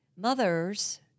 mothers